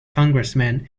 congressman